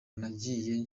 nagiye